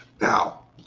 Now